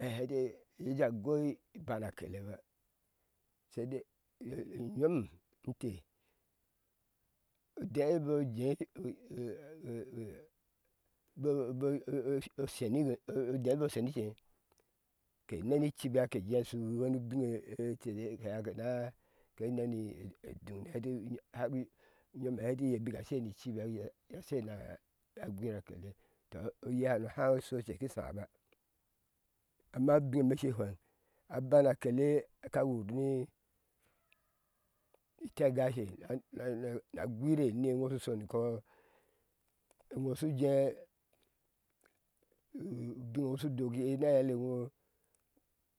Ha he eti iyeaja gov ban ake la ba sai dai i yom inte o de bɔɔ shenigwe oshenice ke neni cibi akeje a shuabine ɛti hɛti uyom bika je ke hɛnta iye bika shi nii aibi a shai na gwira akete amma ubin eme shi fweŋ abana kele ka wur ni tengashe na gwara ni kɔɔ shu sho ni koɔ eŋo shuje no shu doka na aeile ŋo